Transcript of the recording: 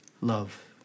love